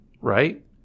right